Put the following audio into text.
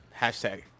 Hashtag